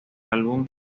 álbum